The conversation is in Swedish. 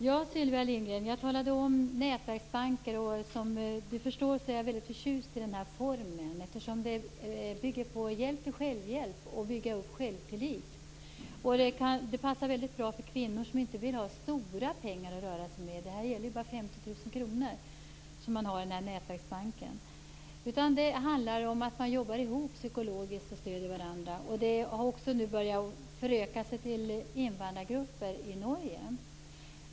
Fru talman! Jag talade om nätverksbanker, och som Sylvia Lindgren förstår är jag väldigt förtjust i den formen. Det bygger på hjälp till självhjälp och självtillit. Det passar väldigt bra för kvinnor som inte vill ha stora pengar att röra sig med - det gäller bara 50 000 kr som man har i nätverksbanken. Det handlar om att man jobbar ihop psykologiskt och stöder varandra. Det har också börjat föröka sig till invandrargrupper i Norge.